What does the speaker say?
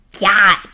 god